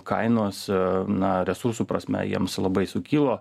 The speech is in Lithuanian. kainos na resursų prasme jiems labai sukilo